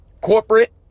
corporate